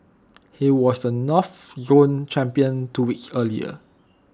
he was the north zone champion two weeks earlier